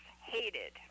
Hated